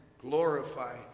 glorify